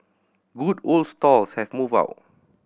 good old stalls have moved out